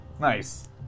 Nice